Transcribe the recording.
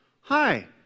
hi